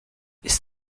ist